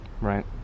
right